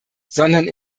sondern